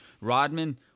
Rodman